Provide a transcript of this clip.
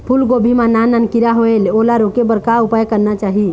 फूलगोभी मां नान नान किरा होयेल ओला रोके बर का उपाय करना चाही?